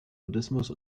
buddhismus